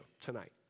tonight